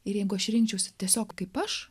ir jeigu aš rinkčiausi tiesiog kaip aš